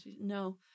No